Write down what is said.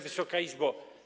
Wysoka Izbo!